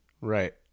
Right